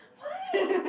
why